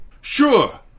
Sure